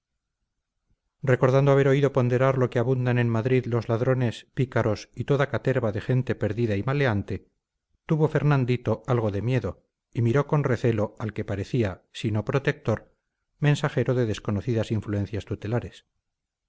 recordando haber oído ponderar lo que abundan en madrid los ladrones pícaros y toda la caterva de gente perdida y maleante tuvo fernandito algo de miedo y miró con recelo al que parecía si no protector mensajero de desconocidas influencias tutelares